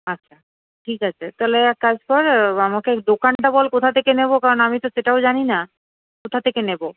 আচ্ছা ঠিক আছে তাহলে এক কাজ কর আমাকে দোকানটা বল কোথা থেকে নেবো কারণ আমি তো সেটাও জানি না কোথা থেকে নেবো